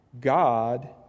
God